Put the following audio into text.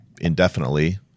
indefinitely